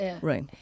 Right